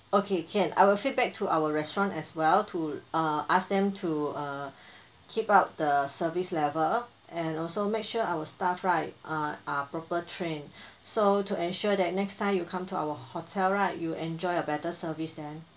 okay can I will feedback to our restaurant as well to err ask them to err keep up the service level and also make sure our staff right err are proper trained so to ensure that next time you come to our hotel right you'll enjoy a better service then